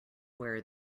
where